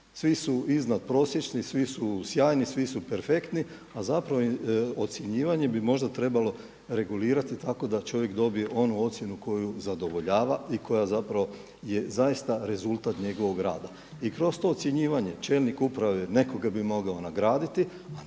Svi su iznad prosječni, svi su sjajni, svi su perfektni a zapravo ocjenjivanje bi možda trebalo regulirati tako da čovjek dobije onu ocjenu koju zadovoljava i koja zapravo je zaista rezultat njegovog rada. I kroz to ocjenjivanje čelnik uprave nekoga bi mogao nagraditi